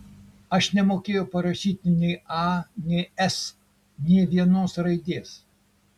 aš nemokėjau parašyti nei a nei s nė vienos raidės